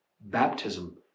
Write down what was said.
Baptism